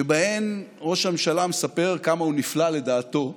שבהן ראש הממשלה מספר כמה הוא נפלא לדעתו,